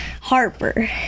Harper